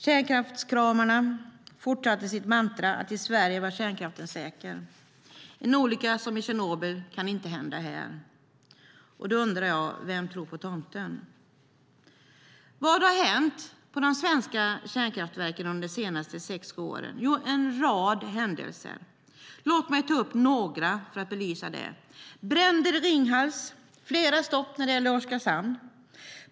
Kärnkraftskramarna fortsatte med sitt mantra att kärnkraften i Sverige var säker. En olycka som i Tjernobyl kan inte hända här, sade man. Då undrar jag: Vem tror på tomten? Vad har hänt på de svenska kärnkraftverken under de senaste sex sju åren? Jo, det är en rad händelser. Låt mig ta upp några för att belysa detta. Det har varit bränder i Ringhals och flera stopp när det gäller Oskarshamn.